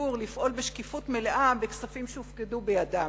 ציבור לפעול בשקיפות מלאה בכספים שהופקדו בידם.